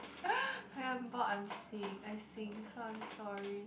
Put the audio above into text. oh ya I sing I sing so I'm sorry